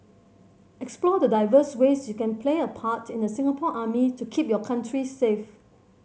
explore the diverse ways you can play a part in the Singapore Army to keep your country safe